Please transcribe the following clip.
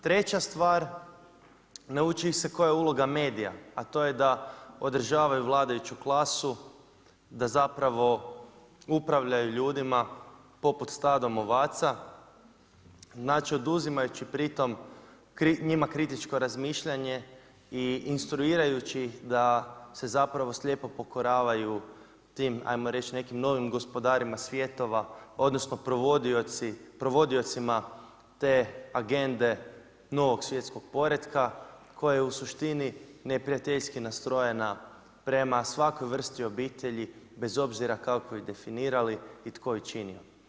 Treća stvar, ne uči ih se koja je uloga medija a to je održavaju vladajući klasu, da zapravo upravljaju ljudima poput stadom ovaca, znači oduzimajući pritom njima kritičko razmišljanje i instruirajući ih da se zapravo slijepo pokoravaju tim ajmo reći nekim novim gospodarima svjetova odnosno provodiocima te agende novog svjetskog poretka koja je u suštini neprijateljski nastrojena prema svakoj vrsti obitelji bez obzira kako ih definirali i tko ih činio.